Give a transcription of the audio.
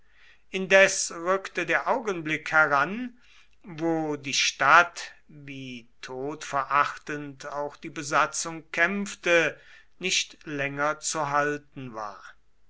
indes rückte der augenblick heran wo die stadt wie todverachtend auch die besatzung kämpfte nicht länger zu halten war